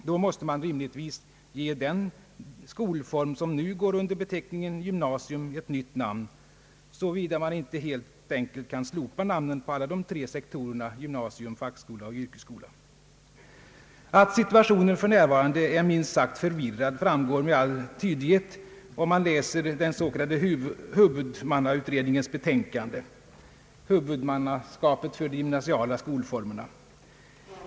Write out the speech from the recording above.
Då måste man rimligtvis ge den skolform som nu går under beteckning gymnasium ett nytt namn, såvida man inte helt enkelt kan slopa namnen på alla tre sektorerna: gymnasium, fackskola och yrkesskola. Att situationen för närvarande är minst sagt förvirrad framgår med all tydlighet, om man läser den s.k. huvudmannautredningens betänkande Huvudmannaskapet för de gymnasiala skolformerna.